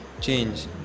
change